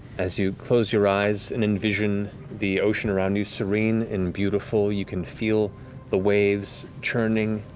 as you close your eyes and envision the ocean around you, serene and beautiful, you can feel the waves churning,